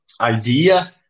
idea